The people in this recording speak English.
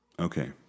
Okay